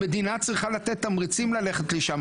המדינה צריכה לתת תמריצים ללכת לשם,